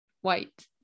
White